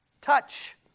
Touch